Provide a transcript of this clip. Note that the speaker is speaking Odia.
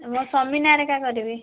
ମୋ ସ୍ୱାମୀ ନାଁରେ ଏକା କରିବି